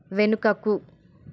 వెనుకకు